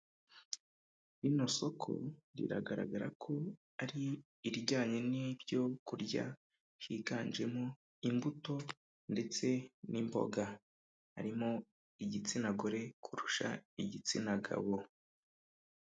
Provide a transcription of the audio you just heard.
Rino soko riragaragara ko ari ijyanye n'ibyo kurya, higanjemo imbuto ndetse n'imboga, harimo igitsina gore kurusha igitsina gabo.